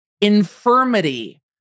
infirmity